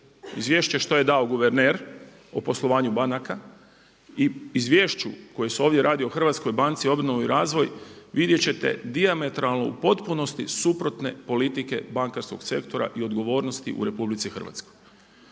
izvješće što je dao guverner o poslovanju banaka i izvješću koje se ovdje radi o Hrvatskoj banci, obnovu i razvoj vidjet ćete dijametralno u potpunosti suprotne politike bankarskog sektora i odgovornosti u RH.